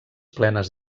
plenes